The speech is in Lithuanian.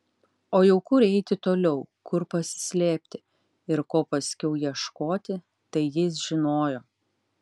o jau kur eiti toliau kur pasislėpti ir ko paskiau ieškoti tai jis žinojo